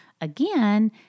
again